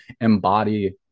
embody